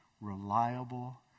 reliable